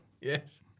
Yes